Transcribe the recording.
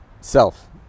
self